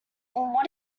what